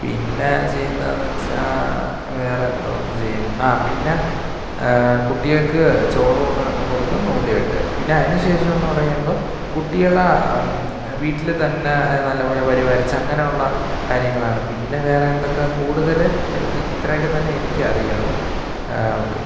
പിന്നെ ചെയ്യുന്നതെന്നു വെച്ചാൽ വേറെ എന്തോന്ന് ചെയ്യും ആ പിന്നെ കുട്ടികൾക്ക് ചോറൂണ് കൊടുക്കും നൂല് കെട്ട് പിന്നതിനു ശേഷമെന്നു പറയുമ്പോൾ കുട്ടികളെ വീട്ടിൽ തന്നെ നല്ലതു പോലെ പരിപാലിച്ച് അങ്ങനെയുള്ള കാര്യങ്ങളാണ് പിന്നെ വേറെന്തൊക്കെ കൂടുതൽ എനിക്ക് ഇത്രയൊക്കെത്തന്നെ എനിക്കറിയാവു ഓക്കെ